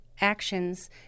actions